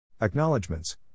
Acknowledgements